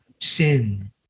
sin